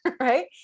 right